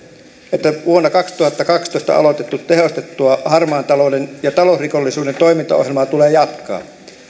että vuonna kaksituhattakaksitoista aloitettua tehostettua harmaan talouden ja talousrikollisuuden toimintaohjelmaa tulee jatkaa